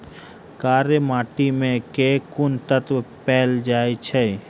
कार्य माटि मे केँ कुन तत्व पैल जाय छै?